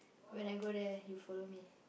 when I go there you follow me